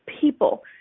people